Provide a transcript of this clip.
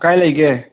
ꯀꯥꯏ ꯂꯩꯒꯦ